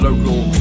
Local